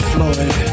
Floyd